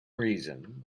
reason